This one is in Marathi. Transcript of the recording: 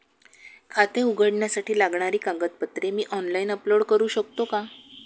खाते उघडण्यासाठी लागणारी कागदपत्रे मी ऑनलाइन अपलोड करू शकतो का?